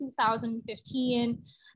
2015